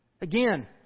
Again